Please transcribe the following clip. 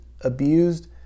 abused